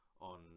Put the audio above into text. on